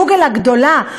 בגוגל הגדולה,